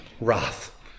wrath